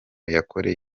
yakoreye